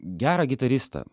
gerą gitaristą